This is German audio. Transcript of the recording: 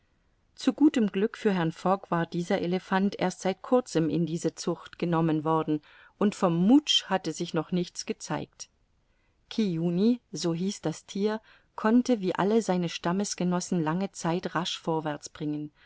zu gutem glück für herrn fogg war dieser elephant erst seit kurzem in diese zucht genommen worden und vom mutsch hatte sich noch nichts gezeigt kiuni so hieß das thier konnte wie alle seine stammesgenossen lange zeit rasch vorwärts